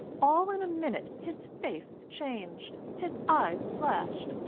all in a minute his face changed, his eyes flashed,